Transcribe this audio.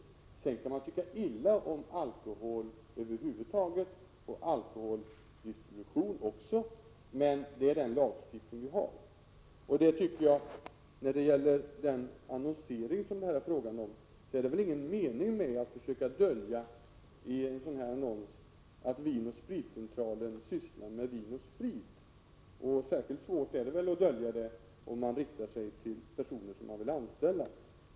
Sedan kan man tycka illa om alkoholdistribution och alkohol över huvud taget. Detta är den lagstiftning vi har. När det gäller den annonsering som det här är fråga om är det ingen mening att försöka dölja att Vin & Spritcentralen sysslar med vin och sprit. Särskilt svårt är det väl att dölja det, om man riktar sig till personer som man vill anställa.